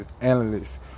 analysts